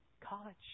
college